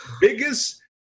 biggest